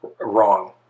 wrong